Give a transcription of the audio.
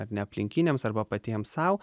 ar ne aplinkiniams arba patiem sau